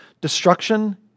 Destruction